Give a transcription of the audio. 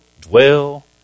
dwell